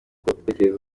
ibitekerezo